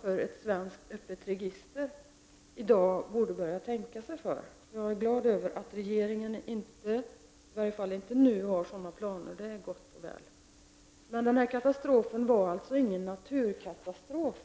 för ett svenskt öppet register i dag borde börja tänka sig för. Jag är glad över att regeringen i varje fall inte nu har sådana planer. Det är gott och väl. Katastrofen med Scandinavian Star var alltså ingen naturkatastrof.